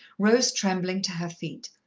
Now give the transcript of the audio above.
rose trembling to her feet.